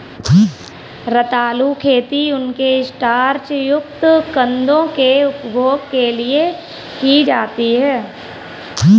रतालू खेती उनके स्टार्च युक्त कंदों के उपभोग के लिए की जाती है